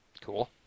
Cool